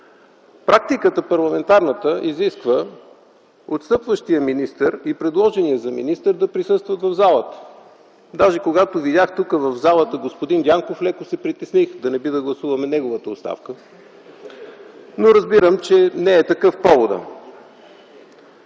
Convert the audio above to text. Парламентарната практика изисква отстъпващият министър и предложеният за министър да присъстват в залата. Даже когато видях в залата господин Дянков, леко се притесних да не би да гласуваме неговата оставка. Но разбирам, че поводът